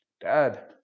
Dad